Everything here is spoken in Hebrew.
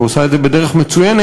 ועושה את זה בדרך מצוינת,